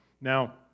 Now